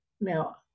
now